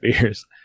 beers